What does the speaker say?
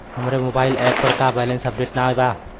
हमरे mobile app पर हमार बैलैंस अपडेट नाई बा